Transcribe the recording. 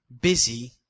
busy